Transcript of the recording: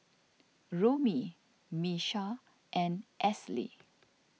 Romie Miesha and Esley